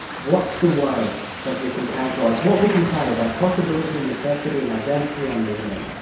what's the way that we can characterise what we can say about possibility, and necessity and identity and meaning?